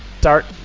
Start